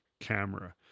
camera